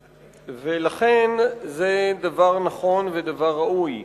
ולכן זה דבר נכון ודבר ראוי.